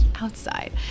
outside